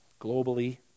globally